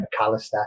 McAllister